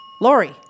Lori